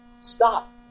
Stop